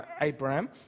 Abraham